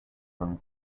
than